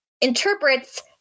interprets